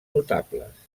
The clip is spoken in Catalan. notables